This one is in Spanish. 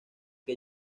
que